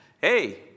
Hey